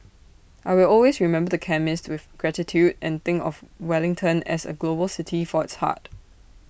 I will always remember the chemist with gratitude and think of Wellington as A global city for its heart